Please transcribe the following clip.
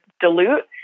dilute